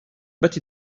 but